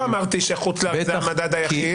לא אמרתי שחוץ לארץ זה המדד היחיד.